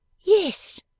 yes,